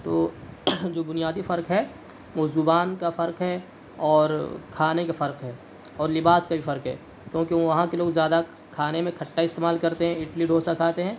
تو جو بنیادی فرق ہے وہ زبان کا فرق ہے اور کھانے کا فرق ہے اور لباس کا بھی فرق ہے کیونکہ وہاں کے لوگ زیادہ کھانے میں کھٹا استعمال کرتے ہیں اڈلی ڈوسا کھاتے ہیں